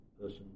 person